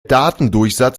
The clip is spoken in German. datendurchsatz